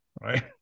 right